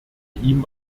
ihm